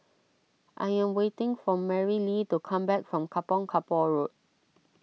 I am waiting for Marilee to come back from Kampong Kapor Road